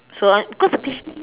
so I because the